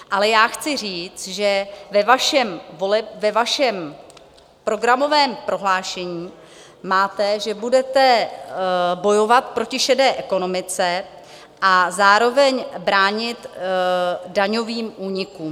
Ale chci říct, že ve vašem programovém prohlášení máte, že budete bojovat proti šedé ekonomice a zároveň bránit daňovým únikům.